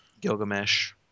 Gilgamesh